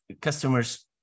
customers